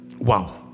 wow